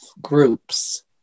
groups